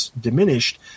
diminished